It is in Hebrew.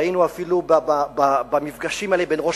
והיינו אפילו במפגשים האלה בין ראש